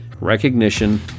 recognition